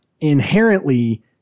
inherently